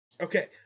Okay